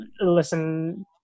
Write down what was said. listen